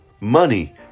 Money